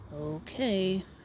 Okay